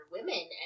women